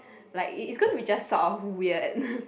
like it it's gonna be just sort of weird